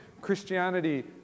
Christianity